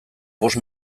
bost